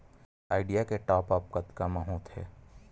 Idea के top आप कतका म होथे?